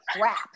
Crap